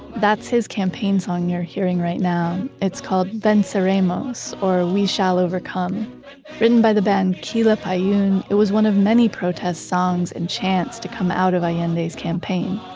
that's his campaign song you're hearing right now. it's called venceremos or we shall overcome written by the band quilapayun. it was one of many protest songs and chants to come out of allende's and campaign